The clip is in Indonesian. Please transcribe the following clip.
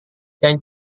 yang